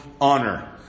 honor